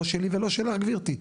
לא שלי ולא שלך גברתי.